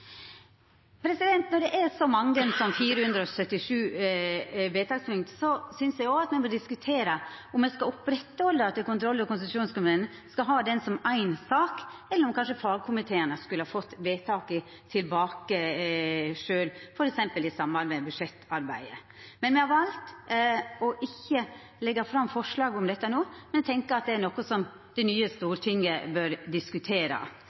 Når det er så mange som 477 vedtakspunkt, synest eg me burde diskutera om me skal halda fram med at kontroll- og konstitusjonskomiteen skal ha det som éi sak, eller om kanskje fagkomiteane skulle fått vedtaka tilbake, f.eks. i samband med budsjettarbeidet. Men me har valt ikkje å leggja fram forslag om dette no, men tenkjer at det er noko det nye stortinget bør diskutera